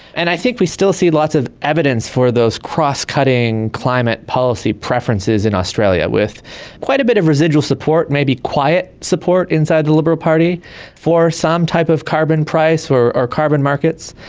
and i think we still see lots of evidence for those cross cutting climate policy preferences in australia with quite a bit of residual support, maybe quiet support inside the liberal party for some type of carbon price or or carbon market,